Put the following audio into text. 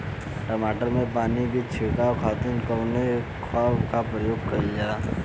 टमाटर में पानी के छिड़काव खातिर कवने फव्वारा का प्रयोग कईल जाला?